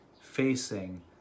facing